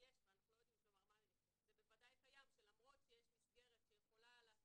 לכן למרות שיש מסגרת שיכולה להתאים,